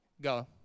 go